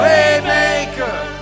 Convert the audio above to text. Waymaker